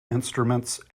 instruments